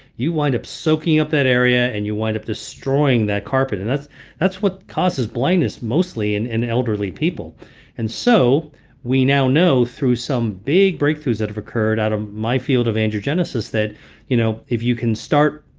you wind up soaking up that area and you wind up destroying that carpet. and that's that's what causes blindness mostly in and elderly people and so we now know through some big breakthroughs that have occurred out of my field of angiogenesis that you know if you can start